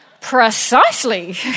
precisely